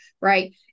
right